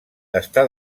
està